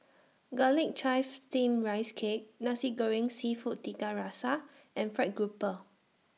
Garlic Chives Steamed Rice Cake Nasi Goreng Seafood Tiga Rasa and Fried Grouper